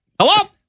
Hello